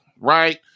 right